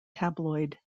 tabloid